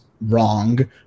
wrong